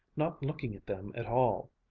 not looking at them at all.